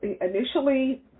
initially